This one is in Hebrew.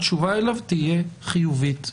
התשובה אליו תהיה חיובית,